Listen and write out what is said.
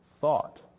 thought